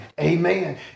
Amen